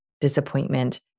disappointment